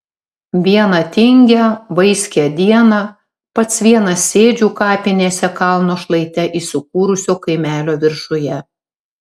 vieną tingią vaiskią dieną pats vienas sėdžiu kapinėse kalno šlaite įsikūrusio kaimelio viršuje